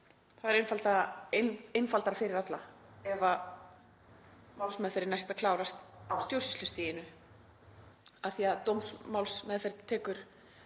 það einfaldara fyrir alla ef málsmeðferðin næst að klárast á stjórnsýslustiginu af því að dómsmálsmeðferð tekur